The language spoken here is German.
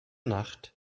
nacht